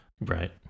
Right